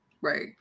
Right